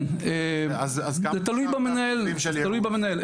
כן, תלוי במנהל, זה תלוי במנהל.